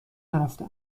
نرفته